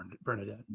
Bernadette